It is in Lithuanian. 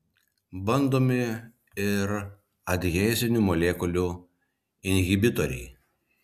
bandomi ir adhezinių molekulių inhibitoriai